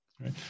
Right